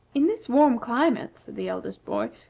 in this warm climate, said the eldest boy,